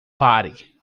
pare